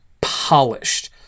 polished